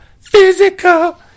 physical